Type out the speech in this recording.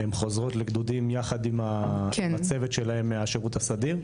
חוזרות לגדודים יחד עם הצוות שלהם מהשירות הסדיר?